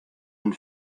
and